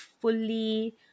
fully